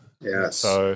Yes